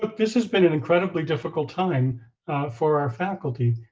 but this has been an incredibly difficult time for our faculty.